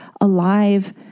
alive